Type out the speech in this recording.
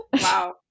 Wow